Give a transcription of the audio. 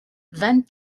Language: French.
vingt